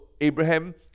Abraham